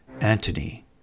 Antony